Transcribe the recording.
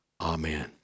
amen